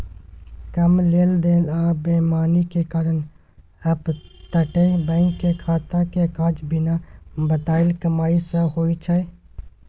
कम लेन देन आ बेईमानी के कारण अपतटीय बैंक के खाता के काज बिना बताएल कमाई सँ होइ छै